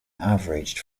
averaged